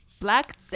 black